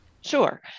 Sure